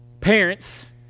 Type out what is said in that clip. Parents